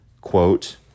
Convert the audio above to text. quote